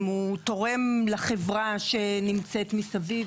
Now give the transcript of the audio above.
אם הוא תורם לחברה שנמצאת מסביב,